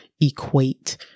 equate